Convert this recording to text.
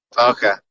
Okay